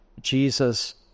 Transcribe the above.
Jesus